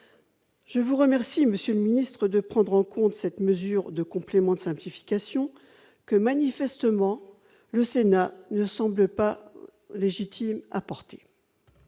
je vous remercie, Monsieur le Ministre de prendre en compte cette mesure de complément de simplification que manifestement le Sénat ne semble pas légitime à porter.